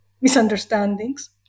misunderstandings